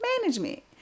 management